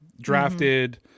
drafted